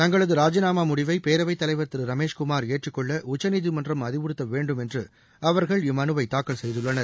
தங்களது ராஜினாமா முடிவை பேரவைத் தலைவர் திரு ரமேஷ்குமார் ஏற்றுக்கொள்ள உச்சநீதிமன்றம் அறிவுறுத்தவேண்டும் என்று அவர்கள் இம்மனுவை தாக்கல் செய்துள்ளனர்